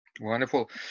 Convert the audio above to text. Wonderful